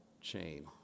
chain